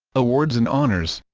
awards and honors